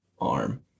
arm